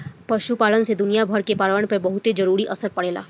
पशुपालन से दुनियाभर के पर्यावरण पर बहुते जरूरी असर पड़ेला